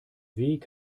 weg